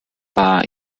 war